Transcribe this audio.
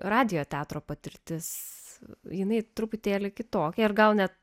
radijo teatro patirtis jinai truputėlį kitokia ir gal net